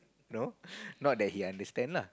know not that he understand lah